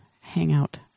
hangout